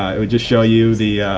it would just show you the